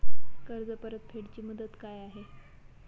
कर्ज परतफेड ची मुदत काय आहे?